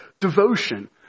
devotion